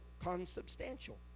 consubstantial